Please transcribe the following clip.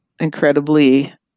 incredibly